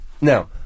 Now